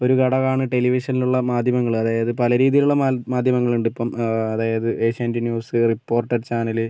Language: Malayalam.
ഒരു ഘടകം ആണ് ടെലിവിഷനിൽ ഉള്ള മാധ്യമങ്ങൾ അതായത് പല രീതിയിൽ ഉള്ള മാധ്യമങ്ങൾ ഉണ്ട് ഇപ്പം അതായത് ഏഷ്യാനെറ്റ് ന്യൂസ് റിപ്പോർട്ടർ ചാനൽ